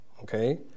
Okay